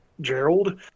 Gerald